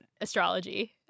astrology